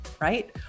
right